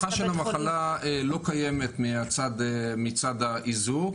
הערכה של המחלה לא קיימת מצד האיזוק.